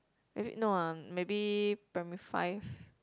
maybe no uh maybe primary five